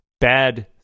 bad